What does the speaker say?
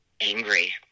angry